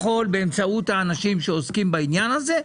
יכול באמצעות האנשים שעוסקים בעניין הזה,